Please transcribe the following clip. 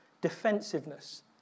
defensiveness